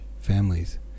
families